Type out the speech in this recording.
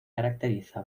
caracteriza